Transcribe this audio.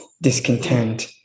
discontent